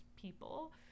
people